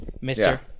mister